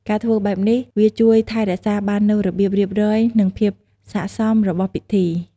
ការធ្វើបែបនេះវាជួយថែរក្សាបាននូវរបៀបរៀបរយ និងភាពស័ក្តិសមរបស់ពិធី។